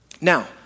Now